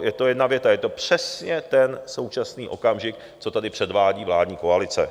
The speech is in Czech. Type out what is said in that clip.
Je to jedna věta, je to přesně ten současný okamžik, co tady předvádí vládní koalice.